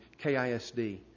KISD